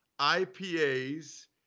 IPAs